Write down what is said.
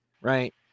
right